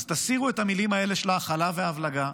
אז תסירו את המילים האלה של ההכלה וההבלגה.